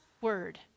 word